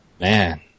Man